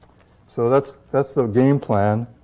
so that's that's the game plan.